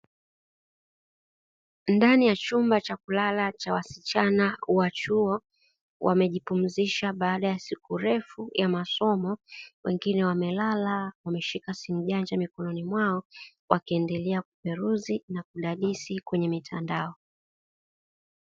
Ndani ya chumba cha kulala cha wasichanawa chuo wamejipunzisha baada ya siku lefu ya masomo wengine wamelala, wameshika simu janja mikononi mwao, wakiendelea kuperuzi na kudadisi kwenye mitandao.